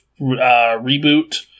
Reboot